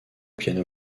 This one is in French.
piano